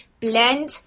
blend